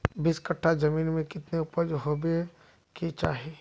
बीस कट्ठा जमीन में कितने उपज होबे के चाहिए?